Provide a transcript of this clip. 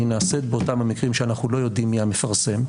היא נעשית באותם המקרים שאנחנו לא יודעים מי המפרסם,